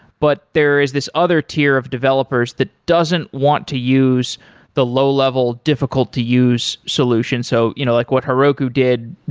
but there is this other tier of developers that doesn't want to use the low level difficult to use solutions. so you know like what heroku did,